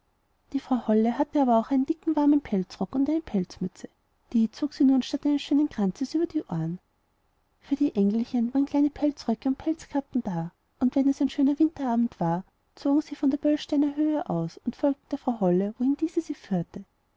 die frau holle hatte aber auch einen dicken warmen pelzrock und eine pelzmütze die zog sie nun statt des schönen kranzes über die ohren für die engelchen waren kleine pelzröcke und pelzkappen da und wenn es ein schöner winterabend war zogen sie von der böllsteiner höhe aus und folgten der frau holle wohin diese sie führte